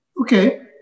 Okay